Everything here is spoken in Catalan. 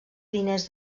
diners